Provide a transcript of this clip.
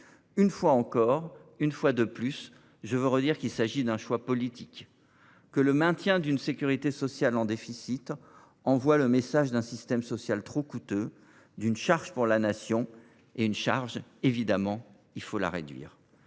Une fois encore, une fois de plus, je veux redire qu’il s’agit d’un choix politique : le maintien d’une sécurité sociale en déficit envoie le message d’un système social trop coûteux, d’une charge pour la Nation, qu’il convient donc de réduire.